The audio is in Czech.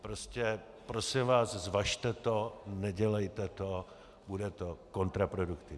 Prostě prosím vás, zvažte to, nedělejte to, bude to kontraproduktivní.